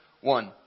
one